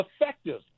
effective